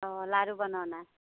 অঁ লাডু বনোৱা নাই